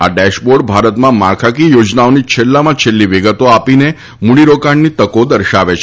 આ ડેશબોર્ડ ભારતમાં માળખાકીય યોજનાઓની છેલ્લાંમાં છેલ્લી વિગતો આપીને મૂડીરોકાણની તકો દર્શાવે છે